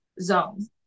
zone